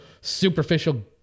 superficial